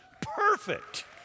perfect